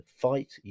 fight